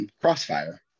Crossfire